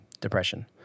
depression